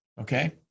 Okay